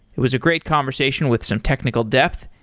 it was a great conversation with some technical depth.